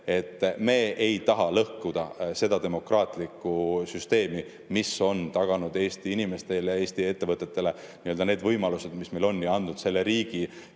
et me ei taha lõhkuda seda demokraatlikku süsteemi, mis on taganud Eesti inimestele, Eesti ettevõtetele need võimalused, mis meil on, ja andnud selle riigi